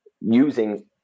using